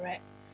correct